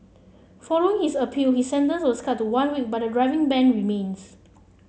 following his appeal his sentence was cut to one week but the driving ban remains